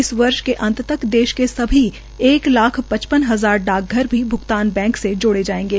इस वर्ष के अंत तक देश के सभी एक लाख पचपन हजार डाक घर भी भ्गतान बैंक से जोड़े जायेंगे